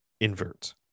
invert